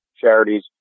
charities